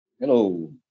Hello